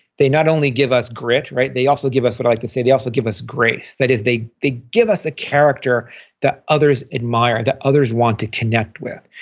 they not only give us grit, they also give us, what i like to say, they also give us grace. that is they they give us a character that others admire, that others want to connect with.